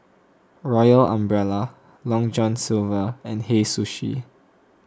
Royal Umbrella Long John Silver and Hei Sushi